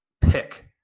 pick